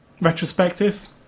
retrospective